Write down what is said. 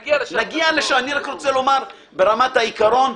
אני רק רוצה לומר ברמת העיקרון,